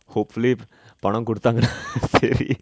hopefully பனோ குடுத்தாங்க:pano kuduthanga சரி:sari